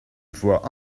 voix